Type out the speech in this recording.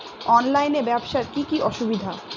অনলাইনে ব্যবসার কি কি অসুবিধা?